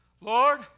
Lord